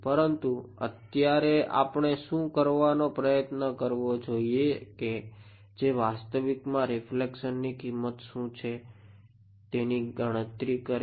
પરંતુ અત્યારે આપણે શું કરવાનો પ્રયત્ન કરવો જોઈએ કે જે વાસ્તવિકમાં રીફ્લેક્શનની કિંમત શું છે તેની ગણતરી કરે